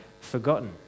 forgotten